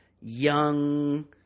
young